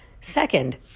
Second